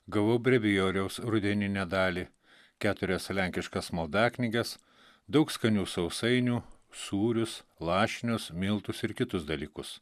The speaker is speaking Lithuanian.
gavau brevijoriaus rudeninę dalį keturias lenkiškas maldaknyges daug skanių sausainių sūrius lašinius miltus ir kitus dalykus